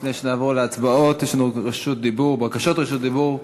לפני שנעבור להצבעות, יש בקשות לרשות דיבור.